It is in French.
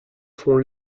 font